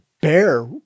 bear